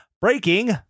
Breaking